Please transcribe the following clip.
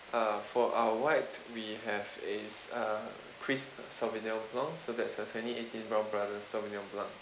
uh for our white we have a s~ uh crisp sauvignon blanc so that's a twenty eighteen brown brothers saugvignon blanc